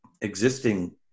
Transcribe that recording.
existing